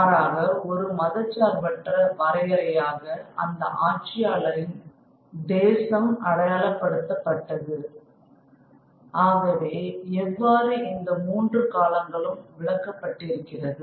மாறாக ஒரு மதசார்பற்ற வரையறையாக அந்த ஆட்சியாளரின் தேசம் அடையாளப்படுத்தப்பட்டது ஆகவே எவ்வாறு இந்த மூன்று காலங்களும் விளக்கப்பட்டிருக்கிறது